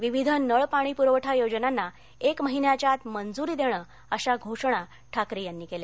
विविध नळ पाणी प्रवठा योजनांना एक महिन्याच्या आत मंजूरी देणं अशा घोषणा ठाकरे यांनी केल्या